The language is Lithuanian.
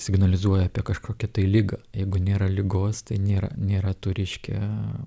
signalizuoja apie kažkokią tai ligą jeigu nėra ligos tai nėra nėra tų reiškia